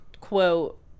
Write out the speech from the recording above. Quote